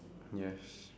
yes